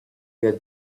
get